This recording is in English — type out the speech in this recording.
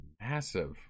massive